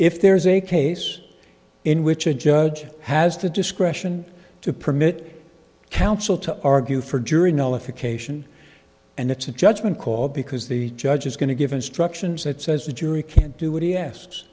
if there's a case in which a judge has the discretion to permit counsel to argue for jury nullification and it's a judgment call because the judge is going to give instructions that says the jury can't do what he ask